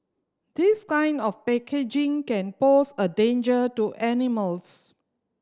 this kind of packaging can pose a danger to animals